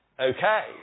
Okay